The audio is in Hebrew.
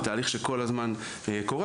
זה תהליך שכל הזמן קורה.